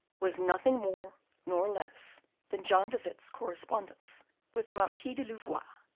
was nothing more nor less than john de witt's correspondence with the marquis de louvois,